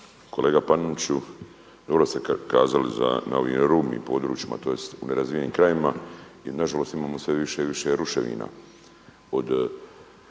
Kolega Paneniću, dobro ste kazali za na ovim rubnim područjima, tj. u nerazvijenim krajevima i na žalost imamo sve više i više ruševina